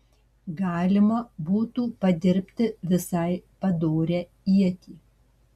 galima būtų padirbti visai padorią ietį